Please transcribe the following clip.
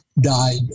died